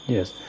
Yes